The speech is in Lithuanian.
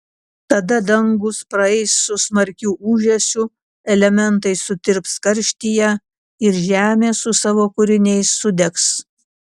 tada dangūs praeis su smarkiu ūžesiu elementai sutirps karštyje ir žemė su savo kūriniais sudegs